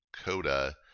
Coda